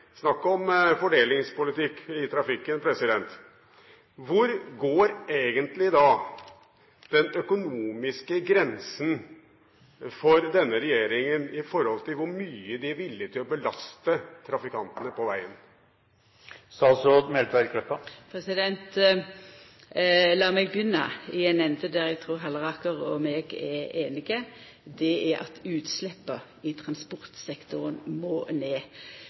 Snakk om fordelingspolitikk i trafikken! Hvor går egentlig den økonomiske grensen for denne regjeringen i forhold til hvor mye de er villig til å belaste trafikantene på veien? Lat meg begynna i den enden der eg trur Halleraker og eg er einige. Det er at utsleppa i transportsektoren må ned.